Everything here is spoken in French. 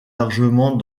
largement